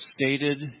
stated